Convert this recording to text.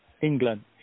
England